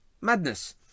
madness